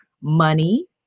money